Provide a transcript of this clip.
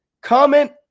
Comment